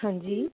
ਹਾਂਜੀ